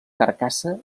carcassa